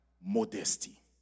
modesty